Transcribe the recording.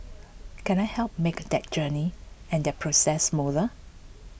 can I help make that journey and that process smoother